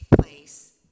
place